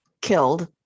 killed